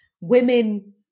women